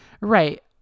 Right